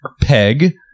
Peg